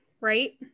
right